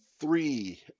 three